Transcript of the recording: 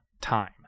time